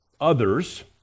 others